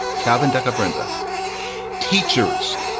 calvin decker, brenda teachers.